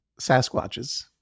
Sasquatches